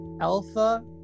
alpha